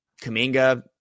Kaminga